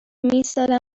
میایستادم